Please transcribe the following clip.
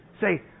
Say